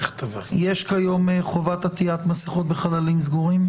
יש היום חובת עטיית מסכות בחללים סגורים?